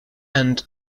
and